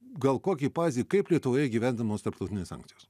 gal kokį pavyzdį kaip lietuvoje įgyvendinamos tarptautinės sankcijos